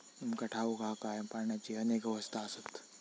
तुमका ठाऊक हा काय, पाण्याची अनेक अवस्था आसत?